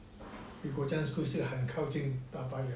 kuo chuan school 是很靠近大巴窑